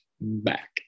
back